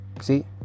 see